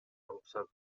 уруксат